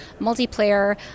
multiplayer